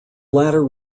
latter